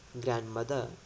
Grandmother